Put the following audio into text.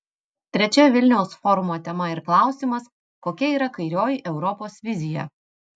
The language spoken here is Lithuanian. trečia vilniaus forumo tema ir klausimas kokia yra kairioji europos vizija